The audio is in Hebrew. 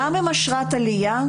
גם עם אשרת עלייה,